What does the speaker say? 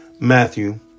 Matthew